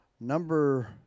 number